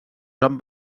joan